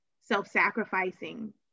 self-sacrificing